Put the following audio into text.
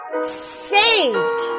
Saved